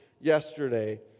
yesterday